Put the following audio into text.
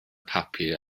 papur